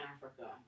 Africa